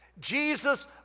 Jesus